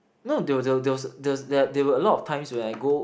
you know there was there was there were a lot of times when I go